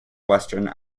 western